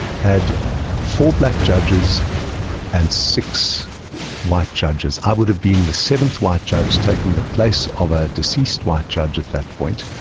had four black judges and six white judges. i would have been the seventh white judge taking the place of a deceased white judge at that point.